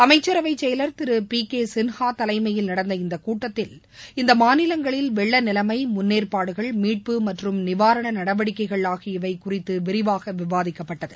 அமைச்சரவைச்செயலர் திரு P K Sinha தலைமையில் நடந்த இந்த கூட்டத்தில் இந்த மாநிலங்களில் வெள்ள நிலைமை முன்னேற்பாடுகள் மீட்பு மற்றும் நிவாரண நடவடிக்கைகள் விவாதிக்கப்பட்டது